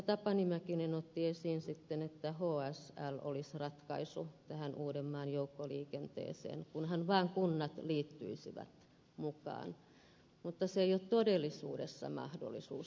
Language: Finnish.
tapani mäkinen otti esiin että hsl olisi ratkaisu uudenmaan joukkoliikenteeseen kunhan vaan kunnat liittyisivät mukaan mutta se ei ole todellisuudessa mahdollisuus